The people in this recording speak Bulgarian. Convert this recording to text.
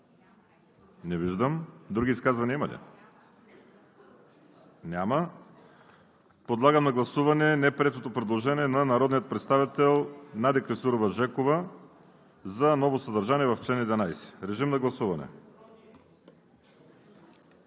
Не виждам. Други изказвания има ли? Няма. Подлагам на гласуване неприетото предложение на народния представител Надя Клисурска-Жекова за ново съдържание в чл. 11. Гласували